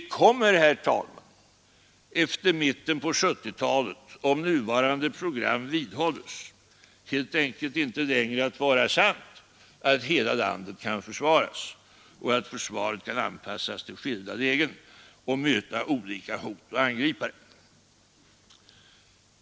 Det kommer, herr talman, efter mitten av 1970-talet, om nuvarande program vidhålles, helt enkelt inte längre att vara sant att hela landet kan försvaras och att försvaret kan anpassas till skilda lägen och möta olika hot och angripare.